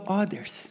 others